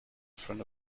front